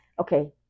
Okay